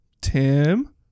Tim